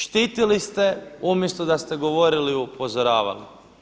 Štitili ste umjesto da ste govorili i upozoravali.